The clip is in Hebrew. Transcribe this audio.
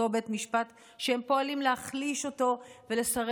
אותו בית משפט שהם פועלים להחליש אותו ולסרס